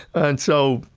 and so,